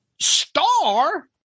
star